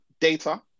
data